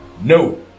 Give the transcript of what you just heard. No